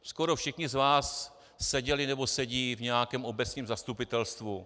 Skoro všichni z vás seděli nebo sedí v nějakém obecním zastupitelstvu.